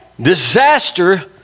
disaster